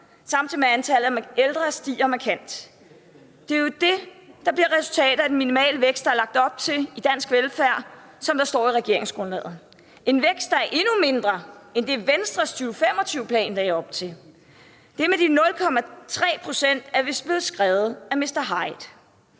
samtidig med at antallet af ældre stiger markant. Det er jo det, der bliver resultatet af den minimale vækst, der er lagt op til, i dansk velfærd, som der står i regeringsgrundlaget – en vækst, der er endnu mindre end det, Venstres 2025-plan lagde op til. Det med de 0,3 pct. er vist blevet skrevet af Mr. Hyde.